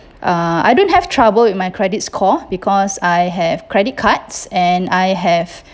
uh I don't have trouble with my credit score because I have credit cards and I have